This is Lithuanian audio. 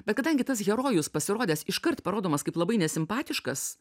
bet kadangi tas herojus pasirodęs iškart parodomas kaip labai nesimpatiškas